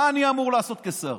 מה אני אמור לעשות כשר?